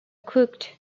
cooked